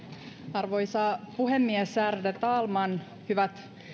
arvoisa puhemies ärade talman hyvät